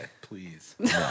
please